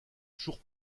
toujours